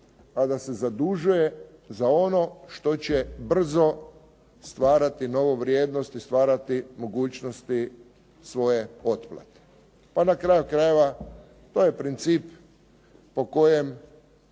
a da se zadužuje za ono što će brzo stvarati nove vrijednosti i stvarati mogućnosti svoje otplate. Pa na kraju krajeva to je princip po kojem